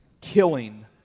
killing